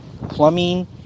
Plumbing